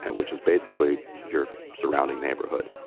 and which is basically your surrounding neighborhood.